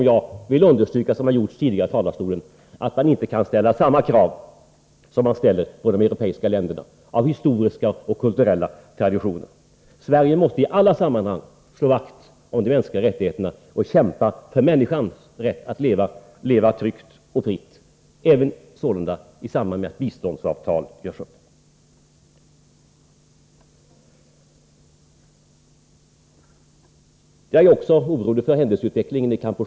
Jag vill understryka detta, även om det också är så, som jag tidigare framhållit från denna talarstol, att man med hänsyn till historiska och kulturella traditioner inte kan ställa samma krav i dessa sammanhang som man ställer på de europeiska länderna. Jag vill också framhålla att jag är orolig över händelseutvecklingen i Kampuchea.